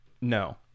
No